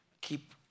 keep